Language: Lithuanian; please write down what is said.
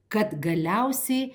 kad galiausiai